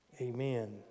Amen